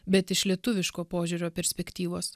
bet iš lietuviško požiūrio perspektyvos